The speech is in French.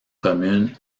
commune